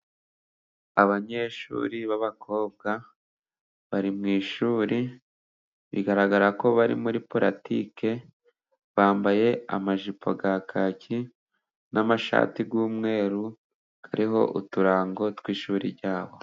Abanyeshuri b'abakobwa bari mu ishuri ,bigaragara ko bari muri pulatike bambaye amajipo ya kaki ,n'amashati y'umweru ariho uturango tw'ishuri ryabo.